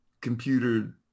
computer